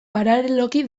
paraleloki